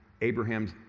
Abraham's